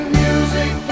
music